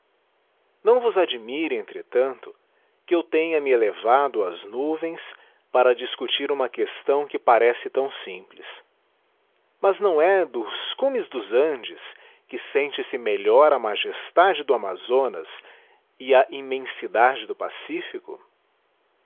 não vos admire entretanto que eu tenha nié elevado ás nuvens para discutir uma questão que parece tão simples mas não é dos cumes dos andes que sente-se melhor amagestade do amazonas e e immensidadedo pacifico